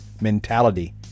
mentality